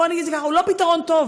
בוא נגיד את זה ככה: הוא לא פתרון טוב.